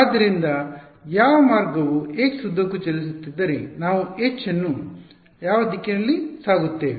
ಆದ್ದರಿಂದ ಯಾವ ಮಾರ್ಗವು x ಉದ್ದಕ್ಕೂ ಚಲಿಸುತ್ತಿದ್ದರೆ ನಾವು H ಅನ್ನು ಯಾವ ದಿಕ್ಕಿನಲ್ಲಿ ಸಾಗುತ್ತೇವೆ